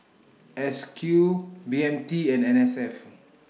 S Q B M T and N S F